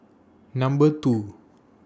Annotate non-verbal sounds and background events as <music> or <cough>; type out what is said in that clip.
Number two <noise>